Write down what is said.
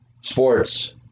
sports